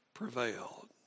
prevailed